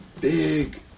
big